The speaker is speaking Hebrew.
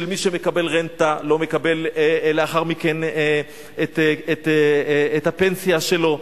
של מי שמקבל רנטה ולא מקבל לאחר מכן את הפנסיה שלו,